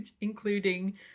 including